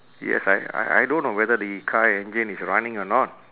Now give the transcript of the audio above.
yes I I I don't know whether the car engine is running or not